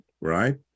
right